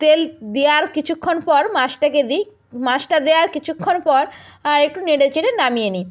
তেল দেওয়ার কিছুক্ষণ পর মাছটাকে দিই মাছটা দেওয়ার কিছুক্ষণ পর আর একটু নেড়ে চেড়ে নামিয়ে নিই